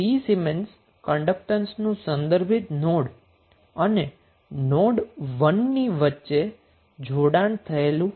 આમ 3 siemens conductance આવશ્યક રીતે રેફેરન્સ નોડ અને નોડ 1 ની વચ્ચે જોડાયેલ છે